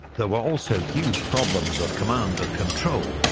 there were also huge problems of command and control,